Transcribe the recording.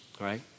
right